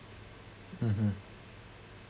mmhmm